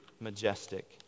majestic